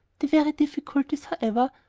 the very difficulties, however,